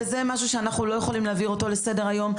וזה משהו שאנחנו לא יכולים להעביר אותו לסדר היום.